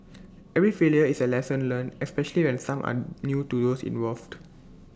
every failure is A lesson learnt especially and some are new to those involved